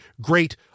Great